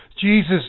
jesus